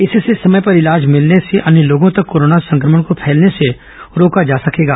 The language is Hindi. इससे समय पर इलाज मिलने से अन्य लोगों तक कोरोना संक्रमण को फैलने से रोका जा सकेगा